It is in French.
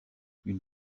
une